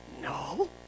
no